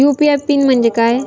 UPI PIN म्हणजे काय?